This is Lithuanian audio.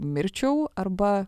mirčiau arba